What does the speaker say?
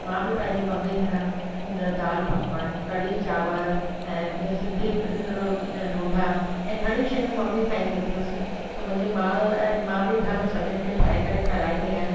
मां बि पंहिंजी मम्मी खां दालि पकवान क़ढ़ी चांवर ऐं सिंधी ढोढा ऐं घणियूं शयूं मम्मी खां ई सिखियसि त मुंहिंजी माउ ऐं मां बि घर मेंं सभिनि खे ठाहे करे खाराईंदी आहियां